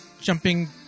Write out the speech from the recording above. jumping